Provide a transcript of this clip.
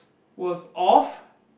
was off